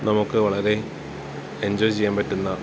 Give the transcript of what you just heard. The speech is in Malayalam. നമുക്ക് വളരെ എഞ്ചോയ് ചെയ്യാൻ പറ്റുന്ന